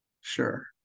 Sure